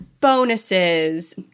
bonuses